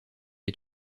est